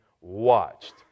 watched